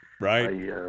right